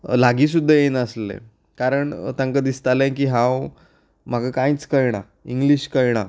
लागीं सुद्दां येनासले कारण तांकां दिसतालें की हांव म्हाका कांयच कळना इंग्लीश कळना